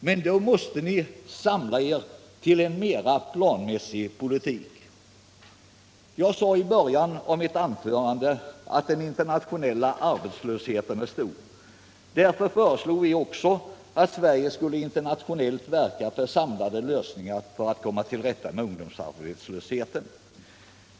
Men då måste ni samla er till en mer planmässig politik. Jag sade i början av mitt anförande att den internationella arbetslösheten är stor. Därför föreslog vi också att Sverige skulle internationellt verka för samlade lösningar för att komma till rätta med ungdomsarbetslösheten.